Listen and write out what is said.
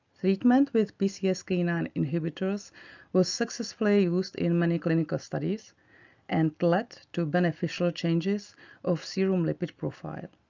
treatment with p c s k nine inhibitors was successfully used in many clinical studies and lead to beneficial changes of serum lipid profile.